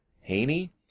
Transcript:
Haney